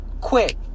quick